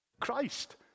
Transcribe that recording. Christ